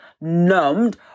numbed